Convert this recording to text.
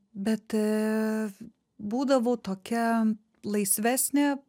bet būdavau tokia laisvesnė